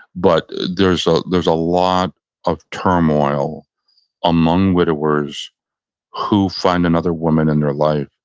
but there's ah there's a lot of turmoil among widowers who find another woman in their like